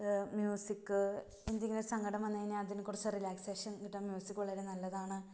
music എന്തെങ്കിലും സങ്കടം വന്നുകഴിഞ്ഞാല് അതിന് കുറച്ച് റിലാക്സേഷൻ കിട്ടാൻ മ്യൂസിക് വളരെ നല്ലതാണ്